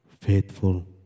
faithful